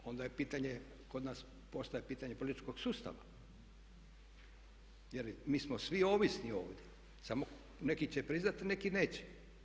Onda je pitanje, kod nas postaje pitanje političkog sustava jer mi smo svi ovisni ovdje, samo neki će priznati, a neki neće.